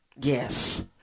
Yes